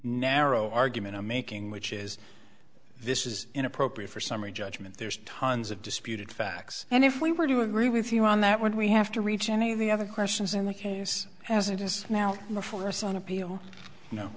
narrow argument i'm making which is this is inappropriate for summary judgment there's tons of disputed facts and if we were to agree with you on that when we have to reach any of the other questions in the case as it is now before us on appeal